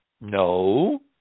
No